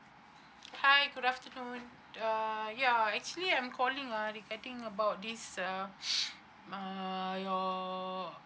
hi good afternoon uh ya actually I'm calling uh regarding about this uh uh your